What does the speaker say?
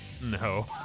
no